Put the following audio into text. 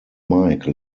mike